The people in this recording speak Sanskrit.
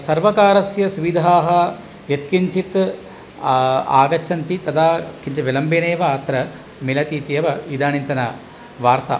सर्वकारस्य सुविधाः यत्किञ्चित् आगच्छन्ति तदा किञ्चित् विलम्बेनैव अत्र मिलति इत्येव इदानीन्तनवार्ता